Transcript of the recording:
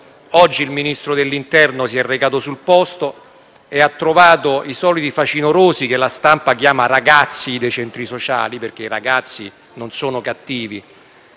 Oggi il Ministro dell'interno si è recato sul posto e ha trovato i soliti facinorosi che la stampa chiama «ragazzi dei centri sociali» - ma i ragazzi non sono cattivi,